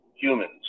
humans